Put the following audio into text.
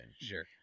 Sure